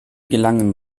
gelangen